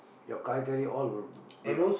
your all will